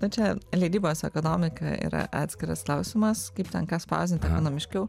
na čia leidybos ekonomika yra atskiras klausimas kaip ten ką spausdint ekonomiškiau